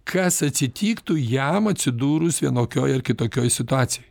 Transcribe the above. kas atsitiktų jam atsidūrus vienokioj ar kitokioj situacijoj